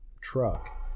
truck